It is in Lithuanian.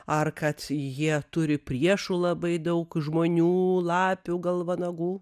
ar kad jie turi priešų labai daug žmonių lapių gal vanagų